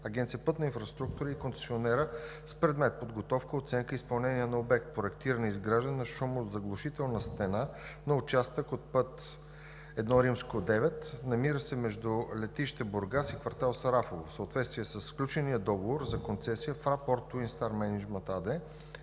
Агенция „Пътна инфраструктура“ и концесионера с предмет подготовка, оценка, изпълнение на обект „Проектиране, изграждане на шумозаглушителна стена на участък от път I 9“, намиращ се между летище Бургас и квартал „Сарафово“. В съответствие със сключения договор за концесия „Фрапорт Туин Стар Еърпорт Мениджмънт“ АД